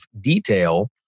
detail